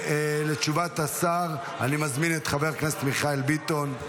לתשובה, אני מזמין את חבר הכנסת מיכאל ביטון.